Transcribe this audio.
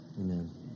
Amen